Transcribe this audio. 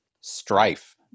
strife